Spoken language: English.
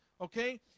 okay